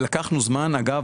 אגב,